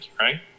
right